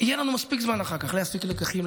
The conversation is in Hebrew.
יהיה לנו מספיק זמן אחר כך להפיק לקחים,